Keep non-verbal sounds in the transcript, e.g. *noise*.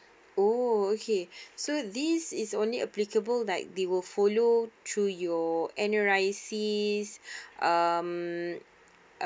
*breath* oh okay *breath* so this is only applicable like they will follow through your N_R_I_C's *breath* um